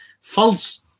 false